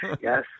Yes